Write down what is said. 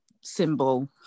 symbol